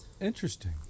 Interesting